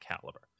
caliber